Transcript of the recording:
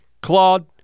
Claude